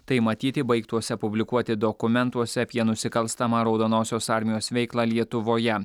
tai matyti baigtuose publikuoti dokumentuose apie nusikalstamą raudonosios armijos veiklą lietuvoje